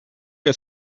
que